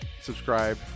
subscribe